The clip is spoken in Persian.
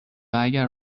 اگر